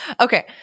Okay